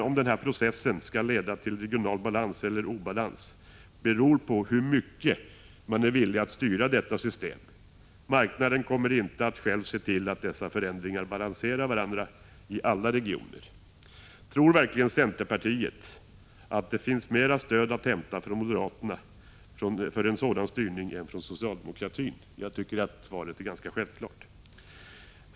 Om den här processen skall leda till regional balans eller obalans beror på hur mycket man är villig att styra systemet. Marknaden kommer inte själv att se till att förändringarna balanserar varandra i alla regioner. Tror verkligen centerpartiet att det finns mera stöd att hämta från moderaterna för en sådan styrning än från socialdemokratin? Jag tycker att svaret är ganska självklart.